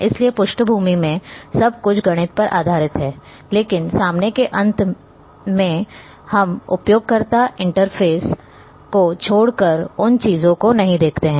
इसलिए पृष्ठभूमि में सब कुछ गणित पर आधारित है लेकिन सामने के अंत में हम उपयोगकर्ता इंटरफ़ेस को छोड़कर उन चीजों को नहीं देखते हैं